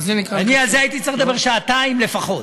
אני, על זה הייתי צריך לדבר שעתיים לפחות.